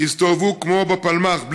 הסתובבו כמו בפלמ"ח,